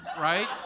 right